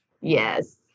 Yes